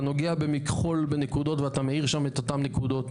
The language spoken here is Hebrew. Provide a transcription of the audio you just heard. אתה נוגע במכחול בנקודות ואתה מאיר שם את אותן נקודות,